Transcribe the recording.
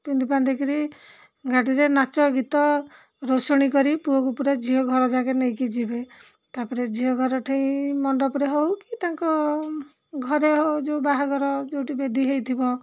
ପିନ୍ଧି ପାନ୍ଧି କରି ଗାଡ଼ିରେ ନାଚ ଗୀତ ରୋଷଣୀ କରି ପୁଅକୁ ପୁରା ଝିଅ ଘର ଯାକେ ନେଇକି ଯିବେ ତା'ପରେ ଝିଅ ଘର ଠେଇ ମଣ୍ଡପରେ ହଉ କି ତାଙ୍କ ଘରେ ହଉ ଯେଉଁ ବାହାଘର ଯେଉଁଠି ବେଦି ହେଇଥିବ